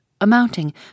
amounting